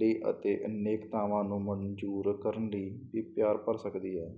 ਲਈ ਅਤੇ ਅਨੇਕਤਾਵਾਂ ਨੂੰ ਮਨਜ਼ੂਰ ਕਰਨ ਲਈ ਵੀ ਪਿਆਰ ਭਰ ਸਕਦੀ ਹੈ